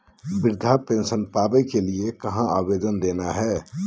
वृद्धा पेंसन पावे के लिए कहा आवेदन देना है?